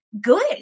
good